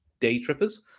daytrippers